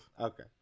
Okay